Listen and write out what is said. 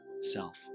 self